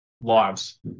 lives